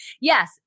Yes